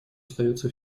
остается